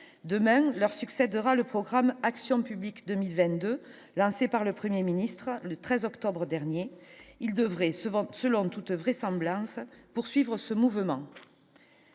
demain leur succès de rang, le programme Action publique 2022 lancé par le 1er ministre le 13 octobre dernier il devrait se selon toute vraisemblance, poursuivre ce mouvement.